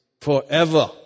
Forever